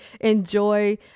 enjoy